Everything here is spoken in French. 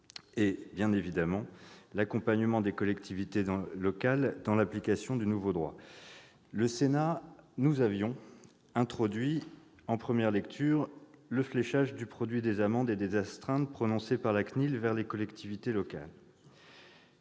et bien évidemment sur l'accompagnement des collectivités locales dans l'application du nouveau droit. Nous avions introduit en première lecture le fléchage du produit des amendes et des astreintes prononcées par la CNIL vers les collectivités locales.